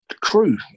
crew